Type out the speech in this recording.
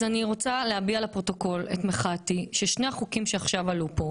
אני רוצה להביע לפרוטוקול את מחאתי ששני החוקים שעכשיו עלו כאן